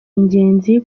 ingenzi